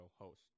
host